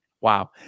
Wow